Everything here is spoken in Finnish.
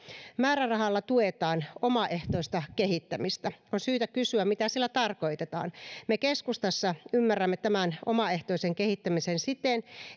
määrärahalla tuetaan omaehtoista kehittämistä on syytä kysyä mitä sillä tarkoitetaan me keskustassa ymmärrämme tämän omaehtoisen kehittämisen siten